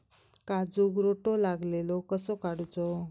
काजूक रोटो लागलेलो कसो काडूचो?